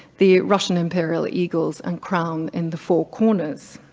the russian imperial eagles and crown in the four corners.